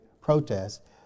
protests